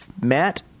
Matt